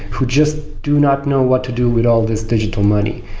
who just do not know what to do with all these digital money.